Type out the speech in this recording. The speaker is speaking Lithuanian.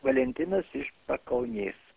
valentinas iš pakaunės